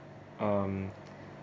um